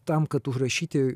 tam kad užrašyti